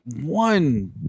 one